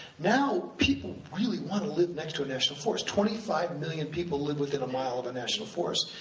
now, people really want to live next to a national forest. twenty five million people live within a mile of a national forest,